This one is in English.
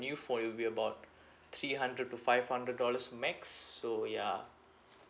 new phone it will be about three hundred to five hundred dollars max so yeah